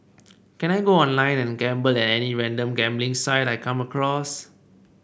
can I go online and gamble at any random gambling site I come across